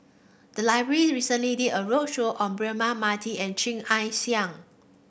the library recently did a roadshow on Braema Mathi and Chia Ann Siang